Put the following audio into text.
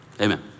Amen